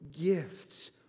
gifts